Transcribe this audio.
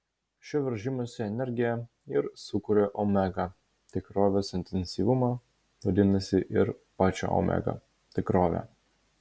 šio veržimosi energija ir sukuria omega tikrovės intensyvumą vadinasi ir pačią omega tikrovę